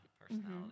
personality